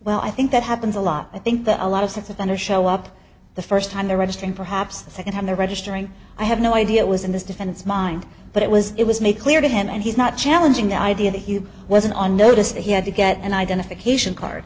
well i think that happens a lot i think that a lot of sex offenders show up the first time they're registering perhaps the second time they're registering i have no idea it was in this defense mind but it was it was made clear to him and he's not challenging the idea that he wasn't on notice that he had to get an identification card